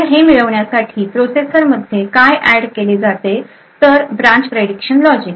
तर हे मिळवण्यासाठी प्रोसेसर मध्ये काय ऍड केले जाते तर ब्रांच प्रेडिक्शन लॉजिक